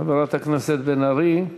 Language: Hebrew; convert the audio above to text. חברת הכנסת בן ארי.